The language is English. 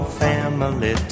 family